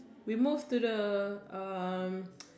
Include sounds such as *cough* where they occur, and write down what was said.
we move to the um *noise*